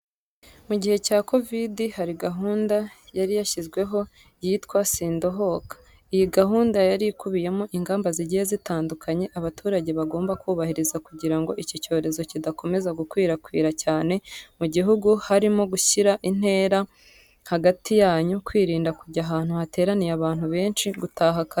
Mu gihe cya kovidi hari gahunda yari yarashyizweho yitwa "sindohoka." Iyi gahunda yari ikubiyemo ingamba zigiye zitandukanye abaturage bagomba kubahiriza kugira ngo iki cyorezo kidakomeza gukwirakwira cyane mu gihugu harimo gushyira intera hagati yanyu, kwirinda kujya ahantu hateraniye abantu benshi, gutaha kare ndetse n'izindi.